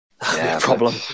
problem